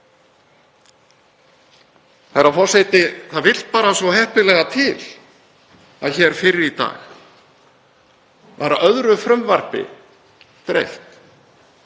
Herra forseti. Það vill svo heppilega til að hér fyrr í dag var öðru frumvarpi dreift